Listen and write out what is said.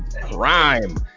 crime